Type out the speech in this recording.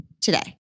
today